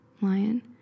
lion